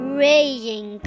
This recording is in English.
raging